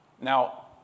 Now